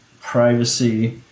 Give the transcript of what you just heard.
privacy